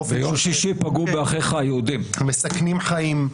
מסכנים חיים,